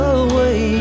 away